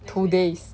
two days